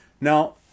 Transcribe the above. Now